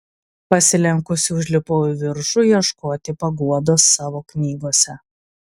pasilenkusi užlipau į viršų ieškoti paguodos savo knygose